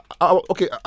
okay